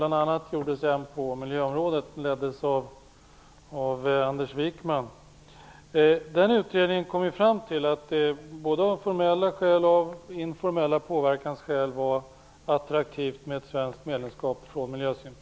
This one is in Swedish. Bl.a. gjordes en på miljöområdet, den leddes av Anders Wijkman. Den utredningen kom fram till att både av formella skäl och av informella påverkansskäl var det attraktivt med ett svenskt medlemskap ur miljösynpunkt.